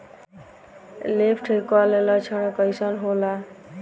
Leaf curl लक्षण कइसन होला?